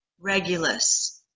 Regulus